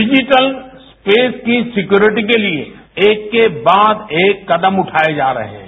digital space की security के लिए एक के बाद एक कदम उठाए जा रहे हैं